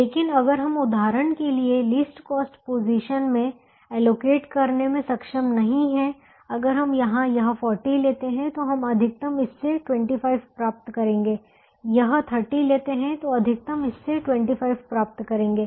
लेकिन अगर हम उदाहरण के लिए लीस्ट कॉस्ट पोजीशन में एलोकेट करने में सक्षम नहीं हैं अगर हम यहां यह 40 लेते हैं तो हम अधिकतम इससे 25 प्राप्त करेंगे यह 30 लेते हैं तो अधिकतम इससे 25 प्राप्त करेंगे